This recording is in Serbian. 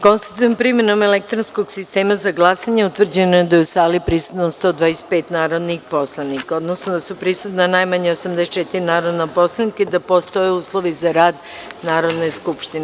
Konstatujem da je, primenom elektronskog sistema za glasanje, utvrđeno da je u sali prisutno 125 narodnih poslanika, odnosno da su prisutna najmanje 84 narodna poslanika i da postoje uslovi za rad Narodne skupštine.